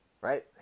Right